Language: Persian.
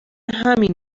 همین